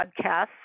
podcasts